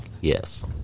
yes